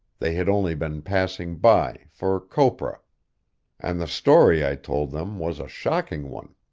they had only been passing by, for copra and the story i told them was a shocking one.